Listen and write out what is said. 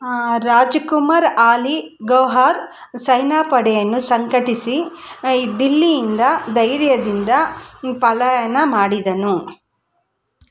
ರಾಜಕುಮಾರ್ ಆಲಿ ಗೌಹರ್ ಸೇನಾಪಡೆಯನ್ನು ಸಂಘಟಿಸಿ ದಿಲ್ಲಿಯಿಂದ ಧೈರ್ಯದಿಂದ ಪಲಾಯನ ಮಾಡಿದನು